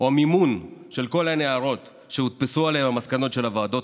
של כל הניירות שהודפסו עליהם המסקנות של הוועדות,